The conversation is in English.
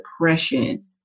depression